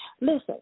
Listen